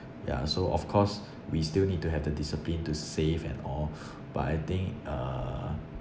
ya so of course we still need to have the discipline to save and all but I think uh